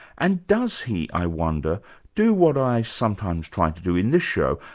and does he, i wonder, do what i sometimes try to do in this show,